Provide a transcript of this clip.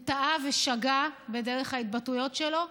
הוא טעה ושגה בדרך ההתבטאויות שלו,